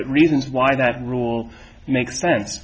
the reasons why that rule makes sense